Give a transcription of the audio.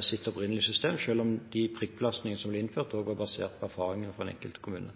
sitt opprinnelige system, selv om de prikkbelastningene som ble innført, også var basert på erfaringer fra den enkelte kommune.